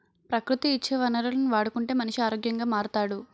ప్రకృతి ఇచ్చే వనరులను వాడుకుంటే మనిషి ఆరోగ్యంగా మారుతాడు